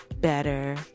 better